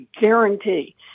guarantee